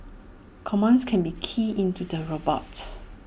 commands can be keyed into the robot